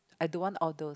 I don't want all those